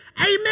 Amen